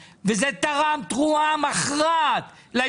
ואופיר כץ ושר האוצר סמוטריץ' נכון לעכשיו,